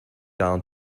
down